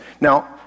Now